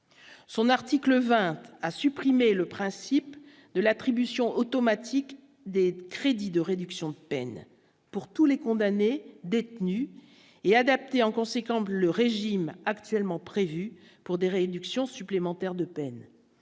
Son article 20 à supprimer le principe de l'attribution automatique des crédits de réduction de peine pour tous les condamnés détenus et en conséquent bleu régime actuellement prévu pour des réductions supplémentaires de peine